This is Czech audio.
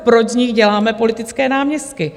Proč z nich děláme politické náměstky?